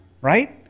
right